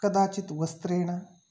कदाचित् वस्त्रेण